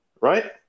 right